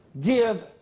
give